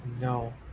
No